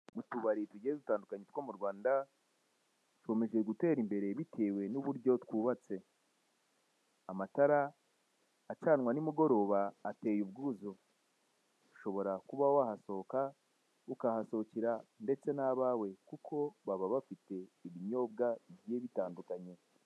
Utubari tugiye dutandukanye two mu Rwanda, dukomeje gutera imbere bitewe n'uburyo twubatse, amatara acanwa ni mugoroba ateye ubwuzu, ushobora kuba wahasohoka, ukahasohokera ndetse n'abawe kuko baba bafite ibinyobwa bigiye bitandukanye.